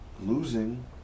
losing